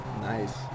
Nice